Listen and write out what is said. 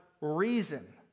reason